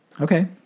Okay